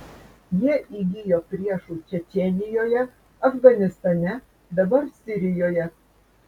jie įgijo priešų čečėnijoje afganistane dabar sirijoje